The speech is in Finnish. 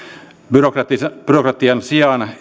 byrokratian byrokratian sijaan